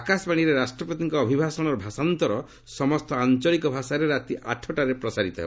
ଆକାଶବାଣୀରେ ରାଷ୍ଟପତିଙ୍କ ଅଭିଭାଷଣର ଭାଷାନ୍ତର ସମସ୍ତ ଆଞ୍ଚଳିକ ଭାଷାରେ ରାତି ଆଠଟାରେ ପ୍ରସାରିତ ହେବ